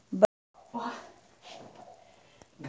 बकरी सभ मे अस्थायी संक्रमणक कारणेँ प्रजनन क्षमता प्रभावित भेल